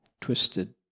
twisted